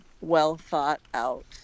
well-thought-out